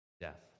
death